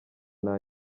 nta